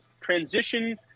transition